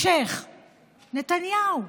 נתניהו.